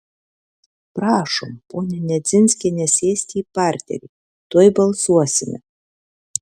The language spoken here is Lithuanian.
prašom ponia nedzinskiene sėsti į parterį tuoj balsuosime